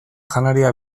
janaria